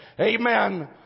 Amen